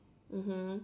mmhmm